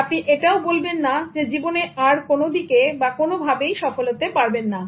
আপনি এটাও বলবেন না যে জীবনে আর কোন দিকে কোন ভাবে সফল হতে পারবেন না